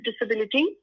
disability